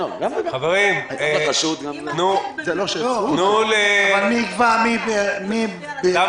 --- חברים, תנו לעורכת הדין פיסמן